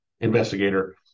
investigator